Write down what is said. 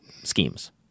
schemes